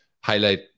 highlight